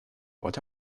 what